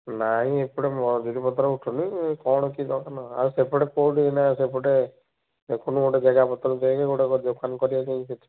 ନାଇ ଏପଟେ ମଜୁରୀ ପତ୍ର ଉଠୁନି କ'ଣ କି ଦୋକାନ ଆଉ ସେପଟେ କୋଉଠି ଏଇନେ ସେପଟେ ଦେଖୁନୁ ଗୋଟେ ଜାଗା ପତ୍ର ଦେଖେ ଗୋଟେ ଦୋକାନ କରିବା ପାଇଁ ସେଠି